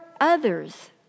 others